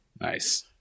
Nice